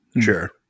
Sure